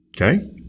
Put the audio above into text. Okay